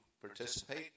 participate